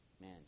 man